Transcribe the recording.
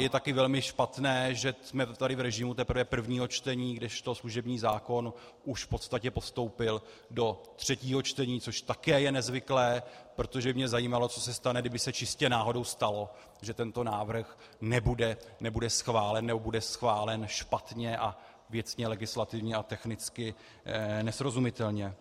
Je také velmi špatné, že jsme tady v režimu prvního čtení, kdežto služební zákon už v podstatě postoupil do třetího čtení, což je také nezvyklé, protože by mě zajímalo, co se stane, kdyby se čistě náhodou stalo, že tento návrh nebude schválen nebo bude schválen špatně a věcně legislativně a technicky nesrozumitelně.